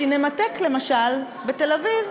הסינמטק בתל-אביב,